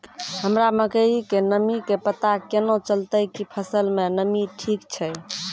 हमरा मकई के नमी के पता केना चलतै कि फसल मे नमी ठीक छै?